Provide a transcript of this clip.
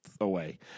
away